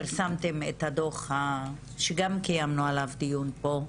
שפרסמתם את הדוח שגם קיימנו עליו דיון פה,